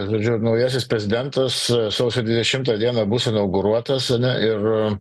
žodžiu naujasis prezidentas sausio dvidešimtą dieną bus inauguruotas ane ir